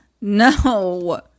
No